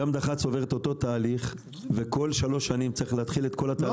גם דח"צ עובר את אותו תהליך וכל שלוש שנים צריך להתחיל את כל התהליך.